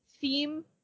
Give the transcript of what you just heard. theme